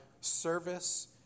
service